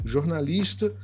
Jornalista